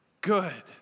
good